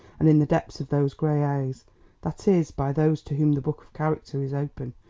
and in the depths of those grey eyes that is, by those to whom the book of character is open,